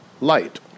light